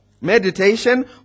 Meditation